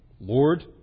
Lord